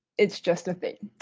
it's just a thing.